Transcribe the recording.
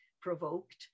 provoked